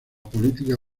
política